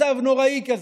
מצב נוראי כזה,